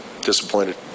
disappointed